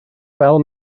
fel